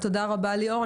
תודה רבה, ליאור.